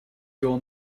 your